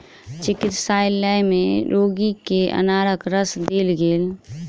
चिकित्सालय में रोगी के अनारक रस देल गेल